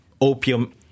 opium